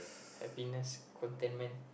happiness contentment